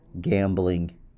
gambling